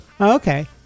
Okay